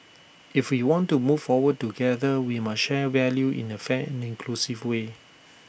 if we want to move forward together we must share value in A fair and inclusive way